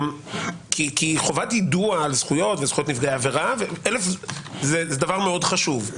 כי חובת יידוע על זכויות וזכויות נפגעי עבירה זה דבר מאוד חשוב.